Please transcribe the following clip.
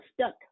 Stuck